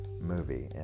movie